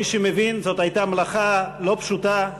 מי שמבין, זאת הייתה מלאכה לא פשוטה.